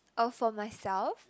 oh for myself